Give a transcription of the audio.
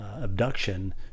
abduction